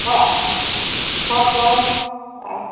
ᱦᱮᱸ ᱦᱳᱭ ᱚ